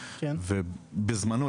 ובזמנו,